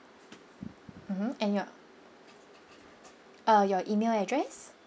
mmhmm and your uh your email address